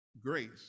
grace